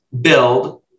build